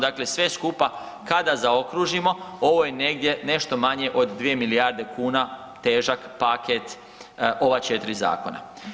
Dakle, sve skupa kada zaokružimo ovo je negdje, nešto manje od 2 milijarde kuna težak paket ova 4 zakona.